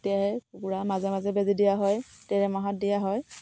তে কুকুৰা মাজে মাজে বেজী দিয়া হয় তেৰে মাহত দিয়া হয়